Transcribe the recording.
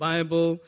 Bible